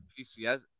pcs